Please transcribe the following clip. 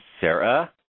Sarah